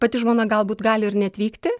pati žmona galbūt gali ir neatvykti